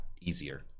easier